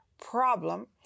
problem